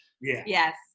Yes